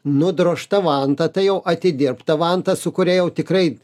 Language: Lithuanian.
nudrožtą vantą tai jau atidirbtą vantą su kuria jau tikrai